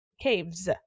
Caves